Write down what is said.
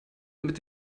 mit